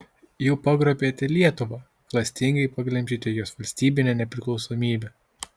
jau pagrobėte lietuvą klastingai paglemžėte jos valstybinę nepriklausomybę